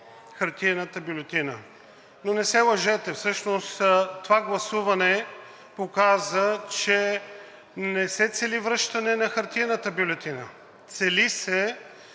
хартиената бюлетина, но не се лъжете, всъщност това гласуване показа, че не се цели връщане на хартиената бюлетина. Цели се